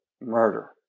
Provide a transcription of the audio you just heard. murder